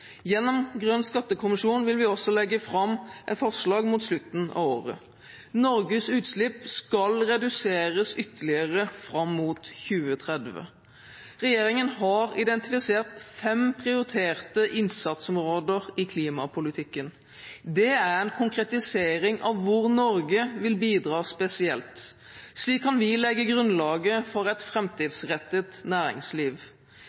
Gjennom Grønn skattekommisjon vil vi også legge fram et forslag mot slutten av året. Norges utslipp skal reduseres ytterligere fram mot 2030. Regjeringen har identifisert fem prioriterte innsatsområder i klimapolitikken. Det er en konkretisering av hvor Norge vil bidra spesielt. Slik kan vi legge grunnlaget for et framtidsrettet næringsliv.